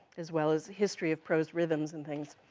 as well as history of prose rhythms and things,